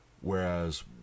Whereas